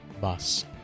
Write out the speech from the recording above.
Bus